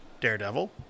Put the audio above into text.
Daredevil